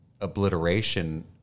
obliteration